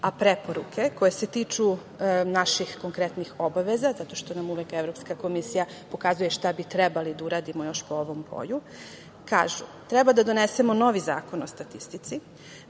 oblasti. Preporuke koje se tiču naših konkretnih obaveza, zato što nam uvek Evropska komisija pokazuje šta bi trebali da uradimo još po ovom polju, oni kažu da treba da donesemo novi Zakon o statistici